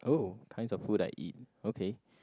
uh kinds of food I eat okay